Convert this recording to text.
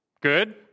good